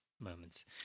moments